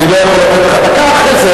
לא תיתן לי דקה אחת?